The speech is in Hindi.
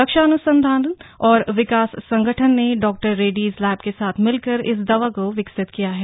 रक्षा अनुसंधान और विकास संगठन ने डॉक्टर रेड्डीज लैब के साथ मिलकर इस दवा को विकसित किया है